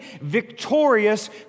victorious